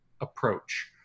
approach